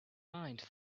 mind